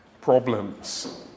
problems